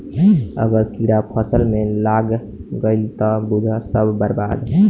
अगर कीड़ा फसल में लाग गईल त बुझ सब बर्बाद